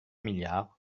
milliards